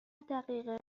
دقیقه